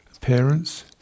Parents